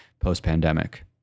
post-pandemic